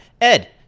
Ed